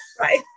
Right